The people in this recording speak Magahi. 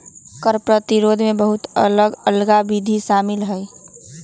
कर प्रतिरोध में बहुते अलग अल्लग विधि शामिल हइ